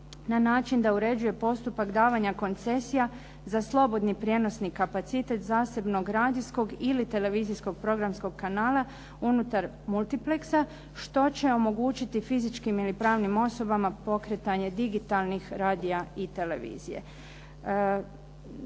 na način da uređuje postupak davanja koncesija za slobodni prijenosni kapacitet zasebnog radijskog ili televizijskog programskog kanala unutar multiplexa što će omogućiti fizičkim ili pravnim osobama pokretanje digitalnih radija i televizije.